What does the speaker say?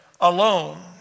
alone